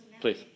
Please